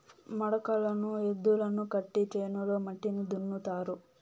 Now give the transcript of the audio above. మడకలను ఎద్దులకు కట్టి చేనులో మట్టిని దున్నుతారు